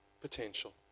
potential